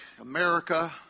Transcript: America